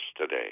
today